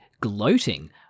gloating